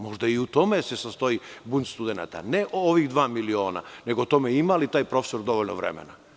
Možda se i u tome se sastoji bunt studenata, ne o ovih dva miliona, nego o tome ima li taj profesor dovoljno vremena.